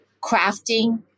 crafting